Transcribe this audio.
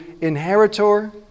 inheritor